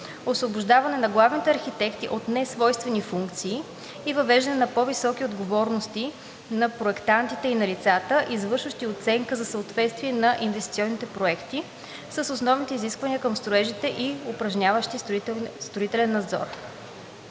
освобождаване на главните архитекти от несвойствени функции и въвеждане на по-високи отговорности на проектантите и на лицата, извършващи оценка за съответствие на инвестиционните проекти с основните изисквания към строежите и упражняващи строителен надзор.